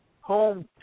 home